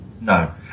No